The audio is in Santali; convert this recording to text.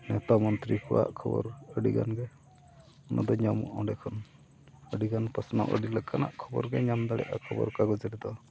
ᱱᱮᱛᱟ ᱢᱚᱱᱛᱨᱤ ᱠᱚᱣᱟᱜ ᱠᱷᱚᱵᱚᱨ ᱟᱹᱰᱤ ᱜᱟᱱ ᱜᱮ ᱚᱱᱟ ᱫᱚ ᱧᱟᱢᱚᱜᱼᱟ ᱚᱸᱰᱮ ᱠᱷᱚᱱ ᱟᱹᱰᱤ ᱜᱟᱱ ᱯᱟᱥᱱᱟᱣ ᱟᱹᱰᱤ ᱞᱮᱠᱟᱱᱟᱜ ᱠᱷᱚᱵᱚᱨ ᱜᱮ ᱧᱟᱢ ᱫᱟᱲᱮᱭᱟᱜᱼᱟ ᱠᱷᱚᱵᱚᱨ ᱠᱟᱜᱚᱡᱽ ᱨᱮᱫᱚ